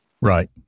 Right